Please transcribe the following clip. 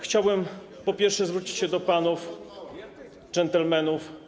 Chciałbym, po pierwsze, zwrócić się do panów dżentelmenów.